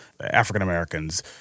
African-Americans